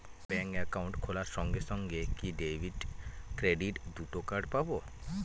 Bank account খোলার সঙ্গে সঙ্গে কি ডেবিট ক্রেডিট দুটো কার্ড পাবো?